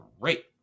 great